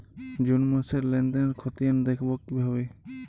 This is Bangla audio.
জুন মাসের লেনদেনের খতিয়ান দেখবো কিভাবে?